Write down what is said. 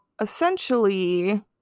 essentially